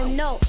no